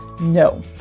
no